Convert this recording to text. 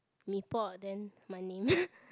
Mee-Pok then my name